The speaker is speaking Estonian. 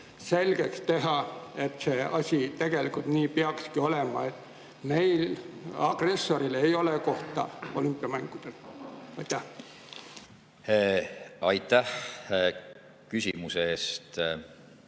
selgeks teha, et see asi tegelikult nii peakski olema, et agressoril ei ole kohta olümpiamängudel? Aitäh! Austatud